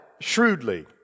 shrewdly